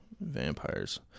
vampires